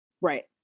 Right